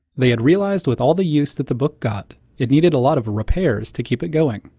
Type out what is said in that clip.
they had realized with all the use that the book got, it needed a lot of repairs to keep it going.